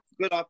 Good